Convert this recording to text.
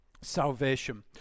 salvation